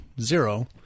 zero